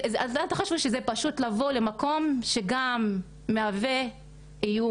אז אל תחשבו שזה פשוט לבוא למקום שגם הוא מהווה איום,